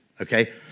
okay